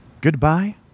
goodbye